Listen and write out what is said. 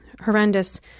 horrendous